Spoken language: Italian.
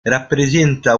rappresenta